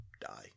die